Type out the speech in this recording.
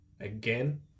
Again